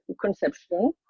conception